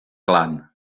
clan